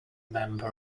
member